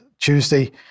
Tuesday